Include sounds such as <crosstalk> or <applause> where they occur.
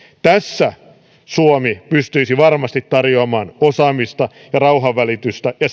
tässä suomi pystyisi varmasti tarjoamaan osaamista ja rauhanvälitystä ja <unintelligible>